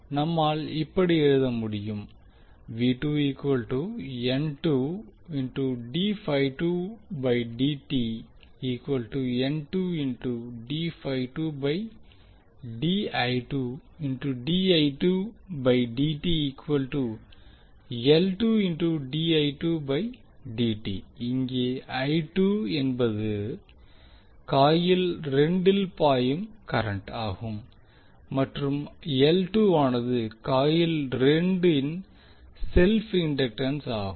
நம்மால் இப்படி எழுத முடியும் இங்கே என்பது காயில் 2 வில் பாயும் கரண்ட் ஆகும் மற்றும் வானது காயில் 2 வின் செல்ப் இண்டக்டன்ஸ் ஆகும்